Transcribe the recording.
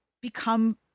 become